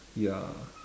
ya